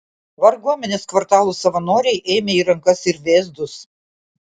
varguomenės kvartalų savanoriai ėmė į rankas ir vėzdus